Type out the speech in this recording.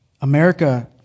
America